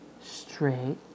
straight